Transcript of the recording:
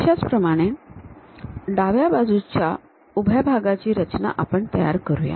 अशाच प्रमाणे डाव्या बाजूचा उभा भागाची रचना आपण तयार करूया